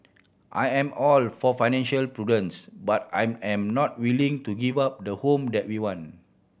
I am all for financial prudence but I am not willing to give up the home that we want